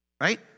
right